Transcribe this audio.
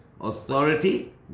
authority